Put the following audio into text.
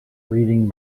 reading